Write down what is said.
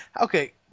okay